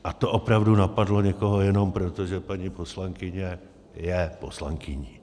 A to opravdu napadlo někoho jenom proto, že paní poslankyně je poslankyní.